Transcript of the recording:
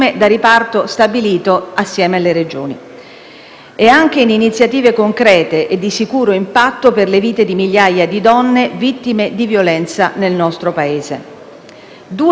e anche in iniziative concrete e di sicuro impatto per le vite di migliaia di donne vittime di violenza nel nostro Paese. Due fondi in particolare sono allo studio: